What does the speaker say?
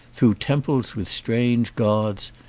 through temples with strange gods,